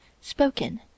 spoken